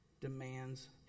demands